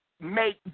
make